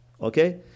Okay